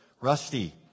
Rusty